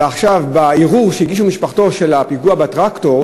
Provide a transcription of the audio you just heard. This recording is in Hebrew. ועכשיו בערעור שהגישה משפחתו של המחבל שנהרג בפיגוע הטרקטור,